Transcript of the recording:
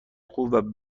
خوب